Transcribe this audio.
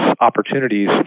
opportunities